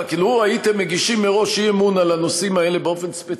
רק לו הייתם מגישים מראש אי-אמון על הנושאים האלה באופן ספציפי,